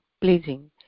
pleasing